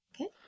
Okay